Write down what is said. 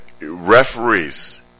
Referees